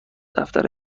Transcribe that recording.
دفتر